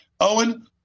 Owen